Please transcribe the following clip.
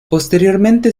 posteriormente